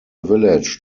village